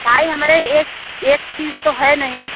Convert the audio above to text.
भाई हमारे एक एक चीज़ तो है नहीं